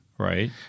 Right